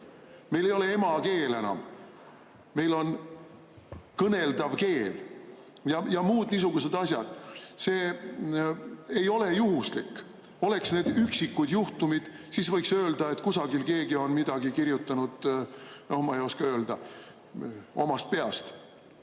Meil ei ole "emakeel" enam, meil on "kõneldav keel" ja muud niisugused asjad. See ei ole juhuslik. Oleks need üksikud juhtumid, siis võiks öelda, et kusagil keegi on midagi kirjutanud, no ma ei oska öelda, omast peast.